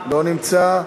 לא נמצא.